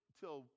till